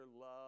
love